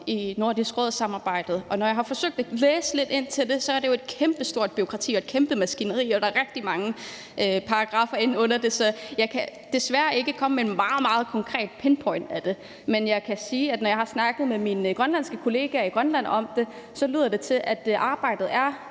og når jeg har forsøgt at læse lidt ind på det, er det jo et kæmpestort bureaukrati og et kæmpe maskineri, og der er rigtig mange paragraffer inde under det, så jeg kan desværre ikke komme med et meget, meget konkret pinpoint af det, men jeg kan sige, at når jeg har snakket med mine grønlandske kollegaer i Grønland om det, lyder det til, at arbejdet er